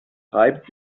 reibt